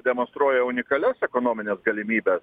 demonstruoja unikalias ekonomines galimybes